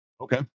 Okay